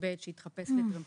מתאבד שהתחפש לטרמפיסט,